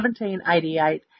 1788